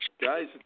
guys